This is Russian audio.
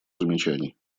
замечаний